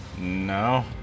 No